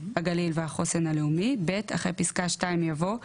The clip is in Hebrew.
הגליל והחוסן הלאומי,"; אחרי פסקה (2) יבוא: